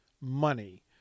money